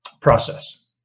process